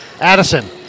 Addison